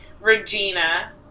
regina